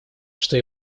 что